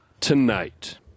Tonight